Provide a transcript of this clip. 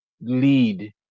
lead